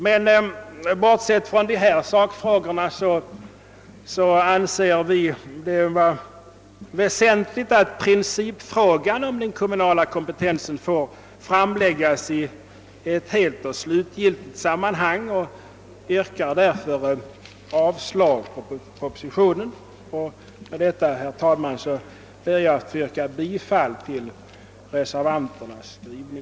Men bortsett från dessa sakfrågor anser vi reservanter att det är väsentligt att principfrågan om den kommunala kompetensen slutgiltigt får föras fram i hela sitt sammanhang, och vi yrkar därför avslag på propositionen. Jag hemställer alltså, herr talman, om bifall till den vid utskottsutlåtandet fogade reservationen.